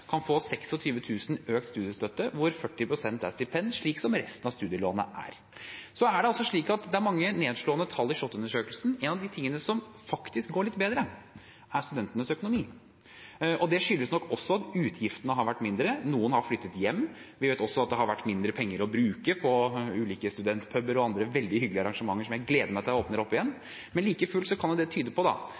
kan få 26 000 kr i økt studiestøtte, hvorav 40 pst. er stipend, slik som resten av studielånet er. Det er mange nedslående tall i SHoT-undersøkelsen. En av de tingene som faktisk går litt bedre, er studentenes økonomi. Det skyldes nok også at utgiftene har vært mindre. Noen har flyttet hjem. Vi vet også at det har vært mindre penger å bruke på ulike studentpuber og andre veldig hyggelige arrangementer som jeg gleder meg til åpner opp igjen. Men like fullt kan det tyde på